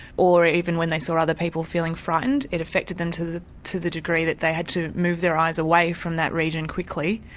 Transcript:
or even when they saw other people feeling frightened it affected them to the to the degree that they had to move their eyes away from that region quickly.